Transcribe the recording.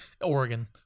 Oregon